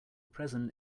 present